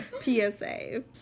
PSA